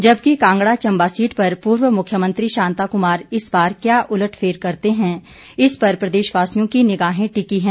जबकि कांगड़ा चंबा सीट पर पूर्व मुख्यमंत्री शांता कुमार इस बार क्या उलट फेर करते हैं इस पर प्रदेशवासियों की निगाहें टिकी हैं